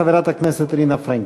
חברת הכנסת רינה פרנקל.